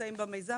שנמצאים במיזם,